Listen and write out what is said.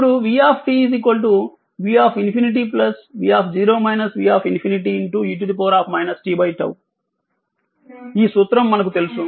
ఇప్పుడు v v∞ v v∞ e t 𝜏 ఈ సూత్రం మనకు తెలుసు